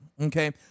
okay